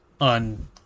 on